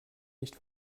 nicht